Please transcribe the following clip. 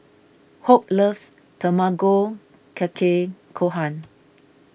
Hope loves Tamago Kake Gohan